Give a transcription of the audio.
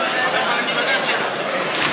אני חבר במפלגה שלו,